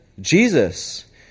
Jesus